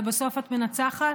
ובסוף את מנצחת?